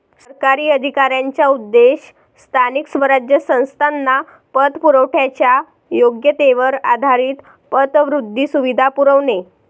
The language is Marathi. सरकारी अधिकाऱ्यांचा उद्देश स्थानिक स्वराज्य संस्थांना पतपुरवठ्याच्या योग्यतेवर आधारित पतवृद्धी सुविधा पुरवणे